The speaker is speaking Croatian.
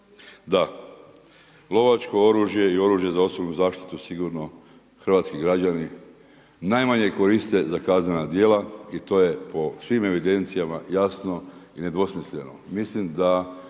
Da, lovačko oružje i oružje za osobnu zaštitu sigurno hrvatski građani najmanje koriste za kaznena djela i to je po svim evidencijama jasno i nedvosmisleno.